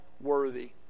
worthy